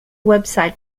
website